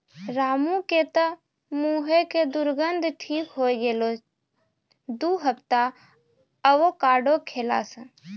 रामू के तॅ मुहों के दुर्गंध ठीक होय गेलै दू हफ्ता एवोकाडो खैला स